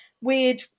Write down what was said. Weird